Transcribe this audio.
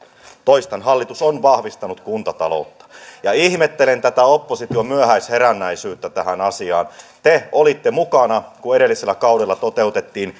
toistan hallitus on vahvistanut kuntataloutta ja ihmettelen tätä opposition myöhäisherännäisyyttä tähän asiaan te olitte mukana kun edellisellä kaudella toteutettiin